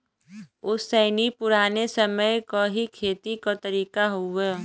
ओसैनी पुराने समय क ही खेती क तरीका हउवे